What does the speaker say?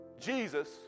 Jesus